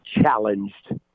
challenged